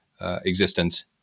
existence